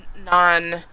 non